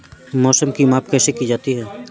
मौसम की माप कैसे की जाती है?